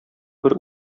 бер